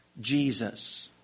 Jesus